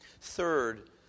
Third